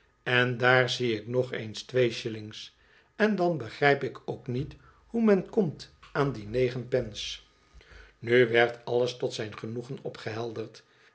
en daar zie ik nog oens twee shillings en dan begrijp ik ook niet hoe men komt aan die negen pence nu werd alles tot zijn genoegen